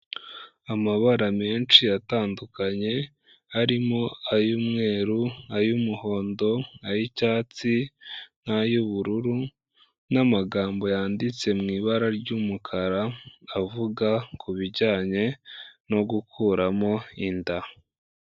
Amabara menshi atandukanye; harimo ay'umweru, ay'umuhondo ,n'ay'icyatsi n'ay'ubururu, n'amagambo yanditse mu ibara ry'umukara avuga ku bijyanye no gukuramo inda.